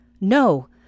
No